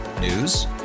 News